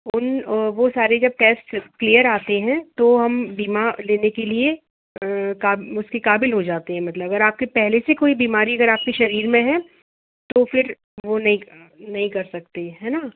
उन वे सारे जब टेस्ट क्लियर आते हैं तो हम बीमा लेने के लिए काब उसके क़ाबिल हो जाते हैं मतलब अगर आपको पहले से कोई बीमारी अगर आपके शरीर में है तो फिर वे नहीं नहीं कर सकते है ना